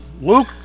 Luke